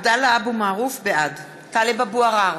עבדאללה אבו מערוף, בעד טלב אבו עראר,